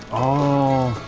oh!